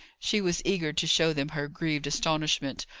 she was eager to show them her grieved astonishment,